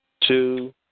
two